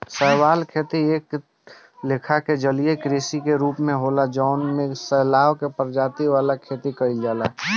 शैवाल खेती एक लेखा के जलीय कृषि के रूप होला जवना में शैवाल के प्रजाति वाला खेती कइल जाला